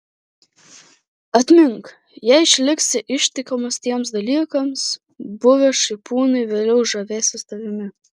atmink jei išliksi ištikimas tiems dalykams buvę šaipūnai vėliau žavėsis tavimi